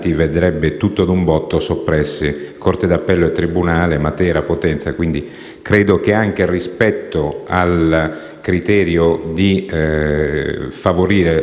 corte d'appello e il tribunale, a Potenza e a Matera. Credo che anche rispetto al criterio di favorire la giustizia nel miglior modo possibile,